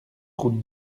route